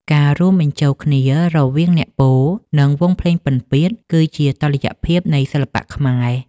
ការរួមបញ្ចូលគ្នារវាងអ្នកពោល និងវង់ភ្លេងពិណពាទ្យ គឺជាតុល្យភាពនៃសិល្បៈខ្មែរ។